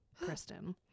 Kristen